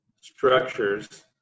structures